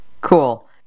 cool